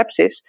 sepsis